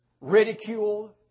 ridiculed